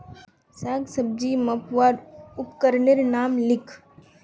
साग सब्जी मपवार उपकरनेर नाम लिख?